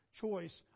choice